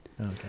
Okay